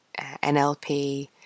NLP